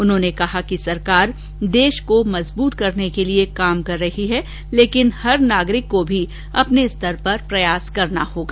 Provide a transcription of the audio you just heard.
उन्होंने कहा कि सरकार देश को मजबूत करने के लिए काम कर रही है लेकिन हर नागरिक को भी अपने स्तर पर प्रयास करना होगा